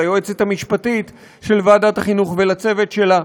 ליועצת המשפטית של ועדת החינוך ולצוות שלה,